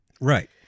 Right